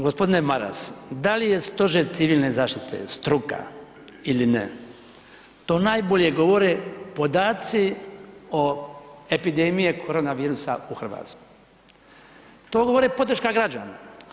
G. Maras, da li je Stožer civilne zaštite struka ili ne, to najbolje govore podaci o epidemije korona virusa u Hrvatskoj, to govori podrška građana.